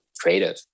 creative